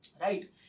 Right